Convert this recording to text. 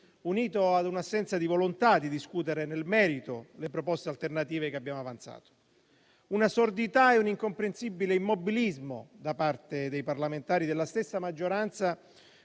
unito all'assenza di volontà di discutere nel merito le proposte alternative che abbiamo avanzato. Vi sono stati una sordità e un incomprensibile immobilismo da parte dei parlamentari della stessa maggioranza,